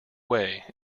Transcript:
way